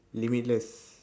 limitless